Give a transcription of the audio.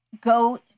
go